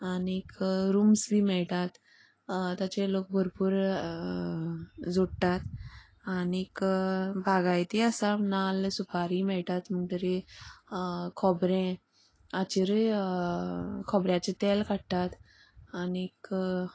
आनीक रुम्स बी मेळटात ताचेर लोक भरपूर जोडटात आनीक बागायती आसात नाल्ल सुपारीय मेळटा म्हणटरे खोबरें हाचेरूय खोबऱ्याचें तेल काडटात आनीक